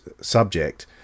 subject